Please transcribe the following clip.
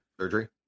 Surgery